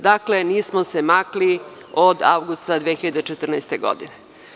Dakle, nismo se makli od avgusta 2014. godine.